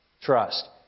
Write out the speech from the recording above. Trust